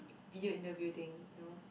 video interview thing no